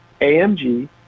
amg